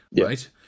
right